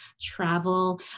travel